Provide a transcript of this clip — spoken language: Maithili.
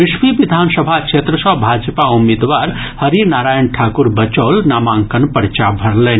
विस्फी विधानसभा क्षेत्र सँ भाजपा उम्मीदवार हरि नारायण ठाकुर बचौल नामांकन पर्चा भरलनि